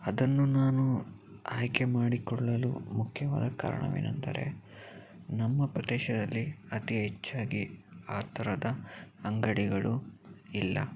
ಅದನ್ನು ನಾನು ಆಯ್ಕೆ ಮಾಡಿಕೊಳ್ಳಲು ಮುಖ್ಯವಾದ ಕಾರಣವೇನೆಂದರೆ ನಮ್ಮ ಪ್ರದೇಶದಲ್ಲಿ ಅತಿ ಹೆಚ್ಚಾಗಿ ಆ ಥರದ ಅಂಗಡಿಗಳು ಇಲ್ಲ